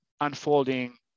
unfolding